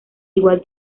igual